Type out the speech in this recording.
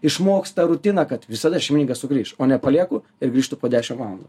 išmoksta rutiną kad visada šeimininkas sugrįš o nepalieku ir grįžtu po dešimt valandų